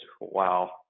wow